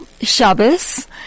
Shabbos